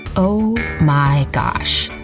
oh. my. gosh.